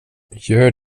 gör